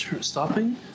stopping